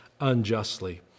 unjustly